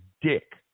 dick